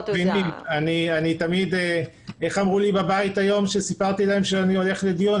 איך אמרו לי בבית היום כשסיפרתי להם שאני הולך לדיון?